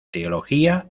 teología